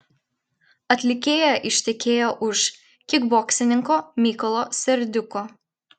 atlikėja ištekėjo už kikboksininko mykolo serdiuko